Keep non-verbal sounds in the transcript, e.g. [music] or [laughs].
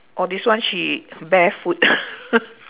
orh this one she barefoot [laughs]